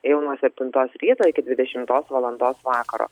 jau nuo septintos ryto iki dvidešimtos valandos vakaro